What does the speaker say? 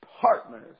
partners